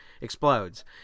explodes